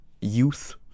youth